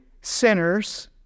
sinners